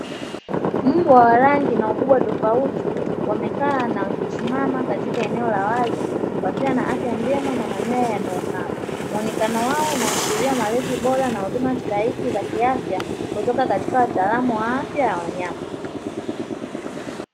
Mbwa wa rangi na ukubwa tofauti wamekaa na kusimama katika eneo la wazi wakiwa na afya njema na manyoya yanayong’aa. Muonekano wao unaashiria malezi bora na huduma stahiki za kiafya kutoka katika wataalamu wa afya ya wanyama.